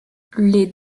les